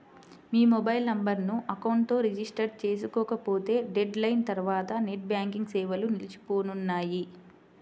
మీ mobile నెంబర్ను account తో register చేసుకోకపోతే డెడ్ లైన్ తర్వాత నెట్ బ్యాంకింగ్ సేవలు నిలిచిపోనున్నాయి